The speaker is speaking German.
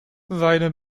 seine